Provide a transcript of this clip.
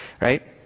right